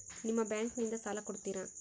ನಿಮ್ಮ ಬ್ಯಾಂಕಿನಿಂದ ಸಾಲ ಕೊಡ್ತೇರಾ?